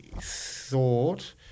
thought